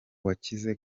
wakize